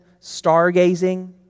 stargazing